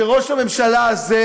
וראש הממשלה הזה